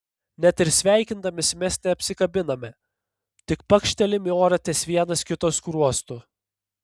net ir sveikindamiesi mes neapsikabiname tik pakštelim į orą ties vienas kito skruostu